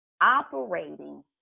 operating